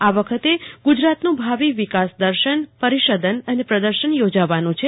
આ વખતે ગુજરાતનું ભાવિ વિકાસ દર્શન પરિષદન અને પ્રદર્શન યોજાવાનું છે